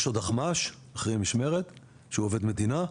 יש עוד אחמ"ש, אחראי משמרת, שהוא עובד מדינה.